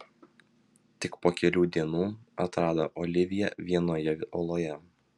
tik po kelių dienų atrado oliviją vienoje oloje